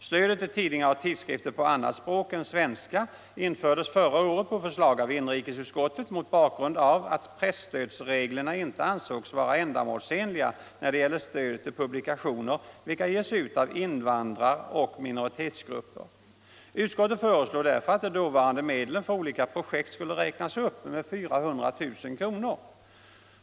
Stödet till tidningar och tidskrifter på annat språk än svenska infördes förra året på förslag av inrikesutskottet mot bakgrund av att presstödsreglerna inte ansågs vara ändamålsenliga när det gäller stöd till publikationer, vilka ges ut av invandrar och minoritetsgrupper. Utskottet föreslog därför att de dåvarande medlen för olika projekt skulle räknas upp med 400 000 kr.